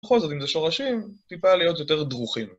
בכל זאת, אם זה שורשים, טיפה להיות יותר דרוכים.